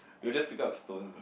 you just pick up a stone